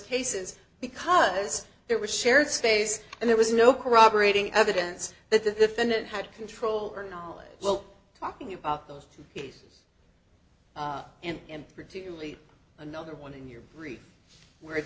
cases because there was shared space and there was no corroborating evidence that the defendant had control or knowledge well talking about those cases and particularly another one in your brief where it